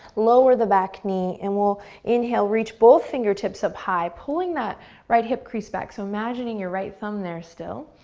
lower the back knee, and we'll inhale, reach both fingertips up high, pulling that right hip crease back. so imagining your right thumb there still,